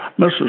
Mrs